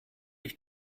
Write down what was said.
ich